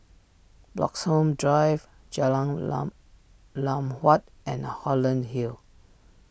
Bloxhome Drive Jalan Lam Lam Huat and Holland Hill